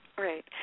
Right